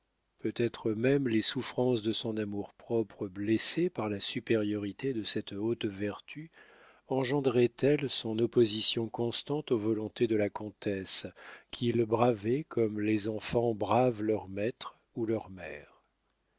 peut-être même les souffrances de son amour-propre blessé par la supériorité de cette haute vertu engendraient elles son opposition constante aux volontés de la comtesse qu'il bravait comme les enfants bravent leurs maîtres ou leurs mères